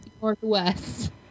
Northwest